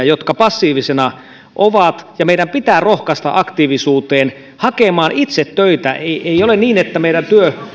jotka passiivisina ovat ja meidän pitää rohkaista aktiivisuuteen hakemaan itse töitä ei ei ole niin että meidän